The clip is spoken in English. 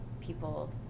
people